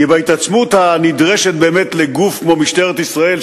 כי בהתעצמות הנדרשת באמת לגוף כמו משטרת ישראל,